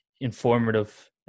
informative